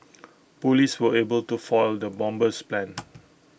Police were able to foil the bomber's plans